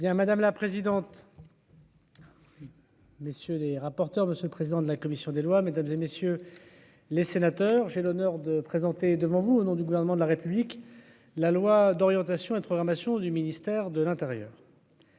madame la présidente. Messieurs les rapporteurs, monsieur le président de la commission des lois, mesdames et messieurs les sénateurs, j'ai l'honneur de présenter devant vous au nom du gouvernement de la République, la loi d'orientation et de programmation du ministère de l'Intérieur,